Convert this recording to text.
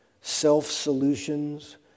self-solutions